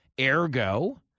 Ergo